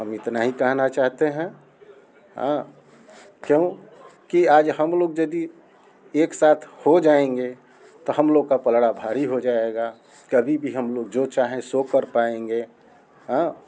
हम इतना ही कहना चाहते हैं क्यों कि आज हम लोग यदी एक साथ हो जाएँगे तो हम लोग का पलड़ा भारी हो जाएगा कभी भी हम लोग जो चाहे सो कर पाएँगे